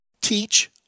teach